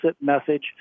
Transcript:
message